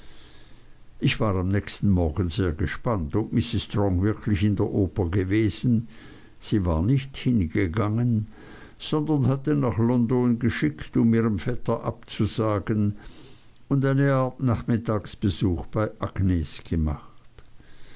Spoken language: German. ich war am nächsten morgen sehr gespannt ob mrs strong wirklich in der oper gewesen sie war nicht hingegangen sondern hatte nach london geschickt um ihrem vetter abzusagen und eine art nachmittagbesuch bei agnes gemacht